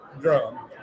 drum